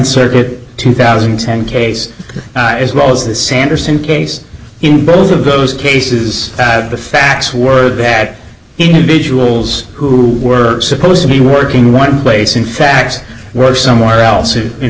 circuit two thousand and ten case as well as the sanderson case in both of those cases the facts were bad individuals who were supposed to be working one place in fact were somewhere else in